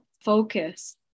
focus